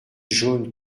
jaune